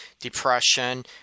depression